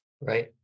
right